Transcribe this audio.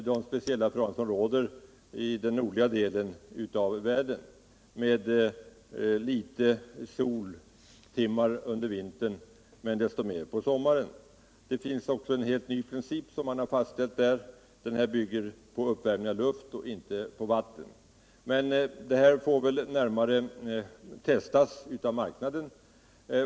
de speciella förhållanden som råder i den nordliga delen av världen, med ett litet antal soltimmar under vintern men desto fler under sommaren. Én helt ny princip har också utnyttjats här som bygger på uppvärmning av luft och inte av vatten. Detua får väl testas närmare av marknaden.